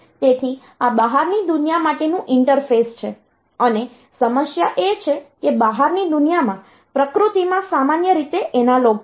તેથી આ બહારની દુનિયા માટેનું ઇન્ટરફેસ છે અને સમસ્યા એ છે કે બહારની દુનિયામાં પ્રકૃતિમા સામાન્યરીતે એનાલોગ છે